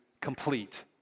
complete